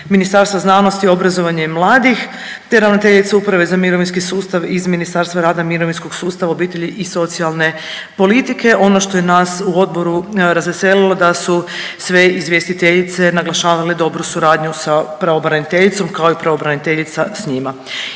Ministarstva znanosti, obrazovanja i mladih te ravnateljica Uprave za mirovinski sustav iz Ministarstva rada, mirovinskog sustava, obitelji i socijalne politike. Ono što je nas u odboru razveselilo da su sve izvjestiteljice naglašavale dobru suradnju sa pravobraniteljicom kao i pravobraniteljica sa njima.